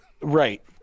Right